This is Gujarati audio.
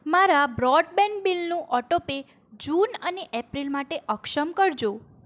મારા બ્રોડબેન્ડ બીલનું ઓટો પે જૂન અને એપ્રિલ માટે અક્ષમ કરજો